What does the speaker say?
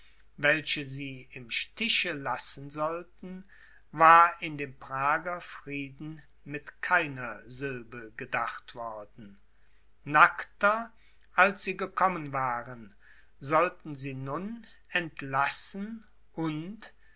welche sie im stiche lassen sollten war in dem prager frieden mit keiner sylbe gedacht worden nackter als sie gekommen waren sollten sie nun entlassen und